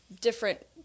different